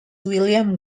william